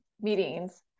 meetings